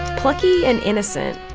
plucky and innocent.